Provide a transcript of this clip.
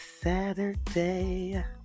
Saturday